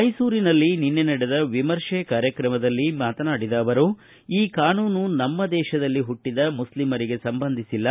ಮೈಸೂರಿನಲ್ಲಿ ನಿನ್ನೆ ನಡೆದ ವಿಮರ್ಶೆ ಕಾರ್ಯಕ್ರಮದಲ್ಲಿ ಮಾತನಾಡಿದ ಅವರು ಈ ಕಾನೂನು ನಮ್ಮ ದೇಶದಲ್ಲಿ ಹುಟ್ಟಿದ ಮುಸ್ಲಿಂರಿಗೆ ಸಂಬಂಧಿಸಿಲ್ಲ